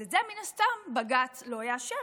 אז את זה מן הסתם בג"ץ לא יאשר,